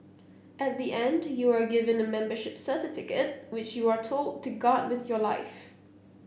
at the end you are given a membership certificate which you are told to guard with your life